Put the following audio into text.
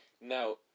Now